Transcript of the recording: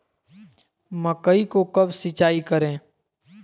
मकई को कब सिंचाई करे?